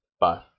Bye